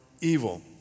evil